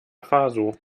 faso